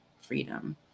freedom